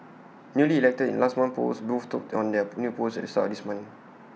newly elected in last month's polls both took on their pool new posts at this month